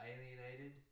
alienated